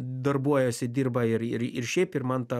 darbuojasi dirba ir ir ir šiaip ir man ta